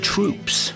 Troops